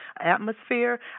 atmosphere